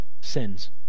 sins